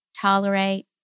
tolerate